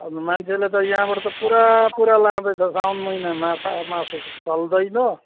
अन्त मान्छेले त यहाँबाट त पुरापुरा लाँदैछन् साउन महिनामा माछा मासु चल्दैन